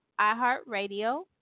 iHeartRadio